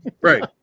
Right